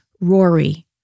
Rory